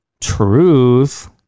truth